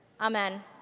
Amen